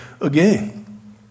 again